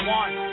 one